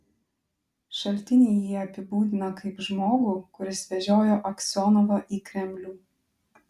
šaltiniai jį apibūdina kaip žmogų kuris vežiojo aksionovą į kremlių